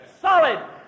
solid